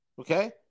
Okay